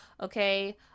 okay